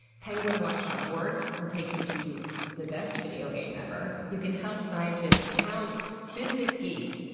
penguinwatch dot org will take you to the best video game ever! you can help scientists count business geese!